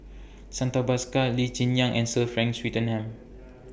Santha Bhaskar Lee Cheng Yan and Sir Frank Swettenham